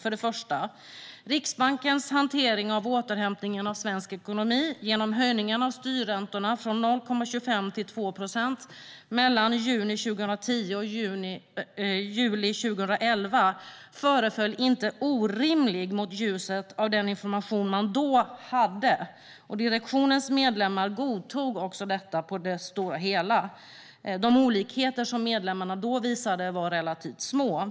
För det första: Riksbankens hantering av återhämtningen av svensk ekonomi genom höjningen av styrräntorna från 0,25 procent till 2 procent mellan juni 2010 och juli 2011 föreföll inte orimlig i ljuset av den information man då hade. Direktionens medlemmar godtog också detta på det stora hela. De åsiktsskillnader som medlemmarna då uppvisade var relativt små.